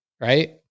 right